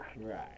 right